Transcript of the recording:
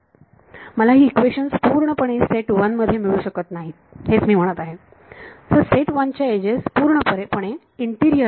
मला हि इक्वेशन्स पूर्णपणे सेट 1 मध्ये मिळू शकत नाहीत हेच मी म्हणत आहे सेट 1 च्या एजेस पूर्णपणे इंटिरियर आहेत